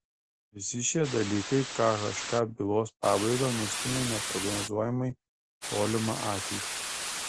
visi šie dalykai khk bylos pabaigą nustumia į neprognozuojamai tolimą ateitį